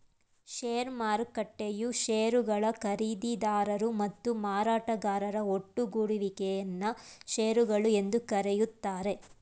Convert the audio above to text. ಷೇರು ಮಾರುಕಟ್ಟೆಯು ಶೇರುಗಳ ಖರೀದಿದಾರರು ಮತ್ತು ಮಾರಾಟಗಾರರ ಒಟ್ಟುಗೂಡುವಿಕೆ ಯನ್ನ ಶೇರುಗಳು ಎಂದು ಕರೆಯುತ್ತಾರೆ